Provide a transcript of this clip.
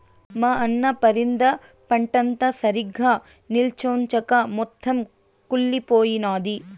మా అన్న పరింద పంటంతా సరిగ్గా నిల్చొంచక మొత్తం కుళ్లిపోయినాది